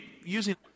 using